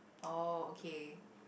oh okay